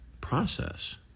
process